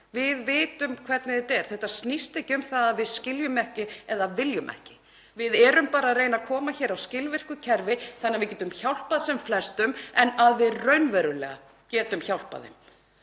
Við vitum hvernig þetta er. Þetta snýst ekki um að við skiljum ekki eða viljum ekki. Við erum bara að reyna að koma hér á skilvirku kerfi þannig að við getum hjálpað sem flestum en að við raunverulega getum hjálpað þeim.